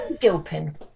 Gilpin